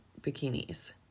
bikinis